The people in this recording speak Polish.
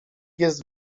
jest